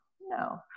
no